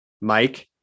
Mike